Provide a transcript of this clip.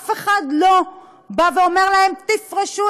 אף אחד לא אומר להן: תפרשו,